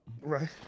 Right